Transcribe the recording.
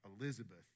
Elizabeth